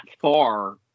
far